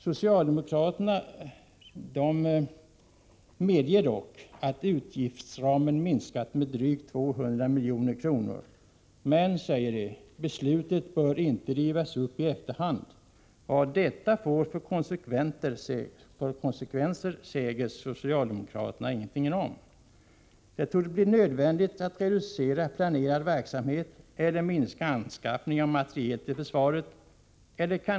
Socialdemokraterna medger att utgiftsramen minskat med drygt 200 milj.kr. men anser att ”—-—-- beslutet bör inte rivas upp i efterhand”. Vad detta får för konsekvenser säger socialdemokraterna emellertid ingenting om. Det torde bli nödvändigt att reducera planerad verksamhet eller minska anskaffningen av materiel till försvaret.